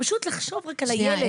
פשוט לחשוב רק על הילד,